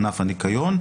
ענף הניקיון,